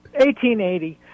1880